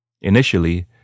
Initially